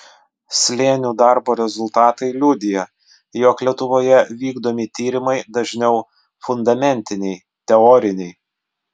slėnių darbo rezultatai liudija jog lietuvoje vykdomi tyrimai dažniau fundamentiniai teoriniai